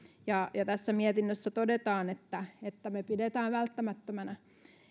huomiota ja tässä mietinnössä todetaan että että me pidämme välttämättömänä